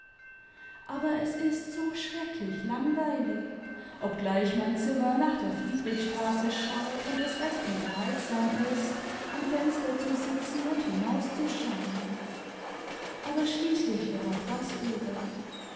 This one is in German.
aber es ist so schrecklich langweilig obgleich mein zimmer nach der friedrichstraße schaut und es recht unterhaltsam ist am fenster zu sitzen und hinauszuschauen aber schließlich wird auch das öde